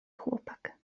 chłopak